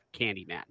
Candyman